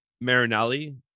Marinelli